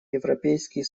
европейский